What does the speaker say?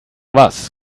was